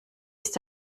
ist